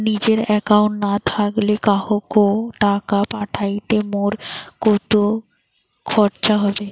নিজের একাউন্ট না থাকিলে কাহকো টাকা পাঠাইতে মোর কতো খরচা হবে?